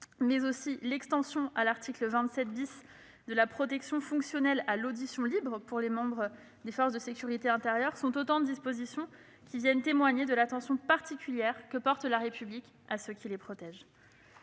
mais également 27 , qui étend la protection fonctionnelle à l'audition libre pour les membres des forces de sécurité intérieure, sont autant de dispositions qui viennent témoigner de l'attention particulière de la République envers ceux qui la protègent.